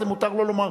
זה מותר לו לומר.